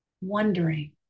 Wondering